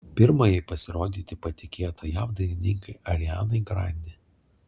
pirmajai pasirodyti patikėta jav dainininkei arianai grande